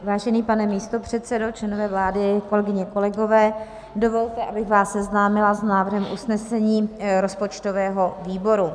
Vážený pane místopředsedo, členové vlády, kolegyně, kolegové, dovolte, abych vás seznámila s návrhem usnesení rozpočtového výboru.